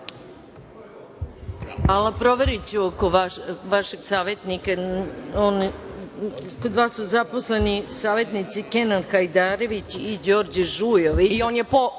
Proveriću oko vašeg savetnika. Kod vas su zaposleni savetnici Kenan Hajdarević i Đorđe Žujović.